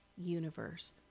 universe